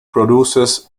produces